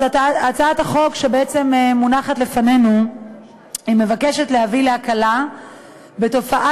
הצעת החוק שמונחת לפנינו בעצם מבקשת להביא להקלה בתופעה